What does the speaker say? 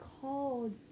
called